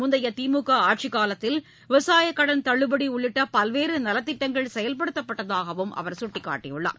முந்தைய திமுக ஆட்சிக்காலத்தில் விவசாயக் கடன் தள்ளுபடி உள்ளிட்ட பல்வேறு நலத்திட்டங்கள் செயல்படுத்தப்பட்டதாகவும் அவர் சுட்டிக்காட்டினார்